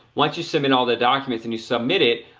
once you submit all the documents and you submit it,